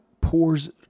pours